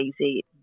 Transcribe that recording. easy